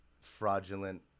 fraudulent